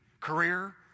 career